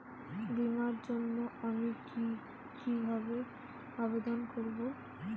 বিমার জন্য আমি কি কিভাবে আবেদন করব?